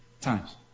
times